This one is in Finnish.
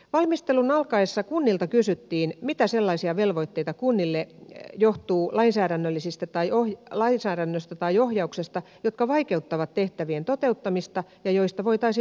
valmistelun alkaessa kunnilta kysyttiin mitä sellaisia velvoitteita kunnille johtuu lainsäädännöstä tai ohjauksesta jotka vaikeuttavat tehtävien toteuttamista ja joista voitaisiin luopua